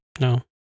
No